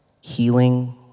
healing